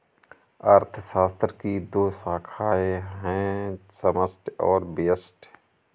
अर्थशास्त्र की दो शाखाए है समष्टि और व्यष्टि